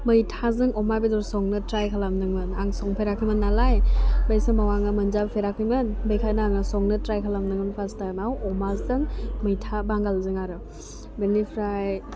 मैथाजों अमा बेदर संनो ट्राइ खालामदोंमोन आं संफेराखैमोन नालाय बे समाव आङो मोनजाफेराखैमोन बेखायनो आङो संनो ट्राइ खालामदोंमोन फास्ट टाइमाव अमाजों मैथा बांगालजों आरो बेनिफ्राय